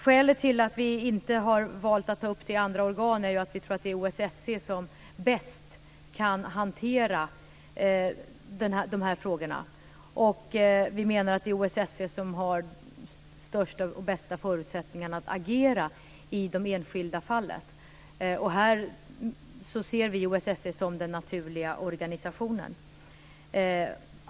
Skälet till att vi inte har valt att ta upp frågan i andra organ är att vi tror att det är OSSE som bäst kan hantera de här frågorna. Vi menar att det är OSSE som har de största och bästa förutsättningarna att agera i de enskilda fallen. Här ser vi OSSE som den naturliga organisationen.